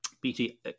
BT